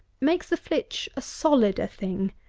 makes the flitch a solider thing,